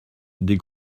des